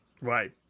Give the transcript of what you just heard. right